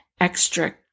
extra